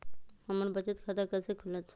हमर बचत खाता कैसे खुलत?